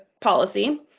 policy